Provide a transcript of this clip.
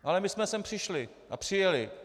Ale my jsme sem přišli a přijeli.